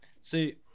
See